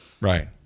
right